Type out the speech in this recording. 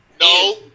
No